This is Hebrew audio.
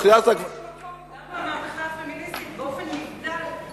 לכן יש מקום גם למהפכה הפמיניסטית באופן נבדל מהמהפכה הכללית,